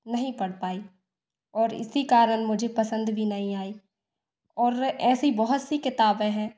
नहीं पढ़ पाई और इसी कारण मुझे पसंद भी नहीं आई और ऐसी बहुत सी किताबें हैं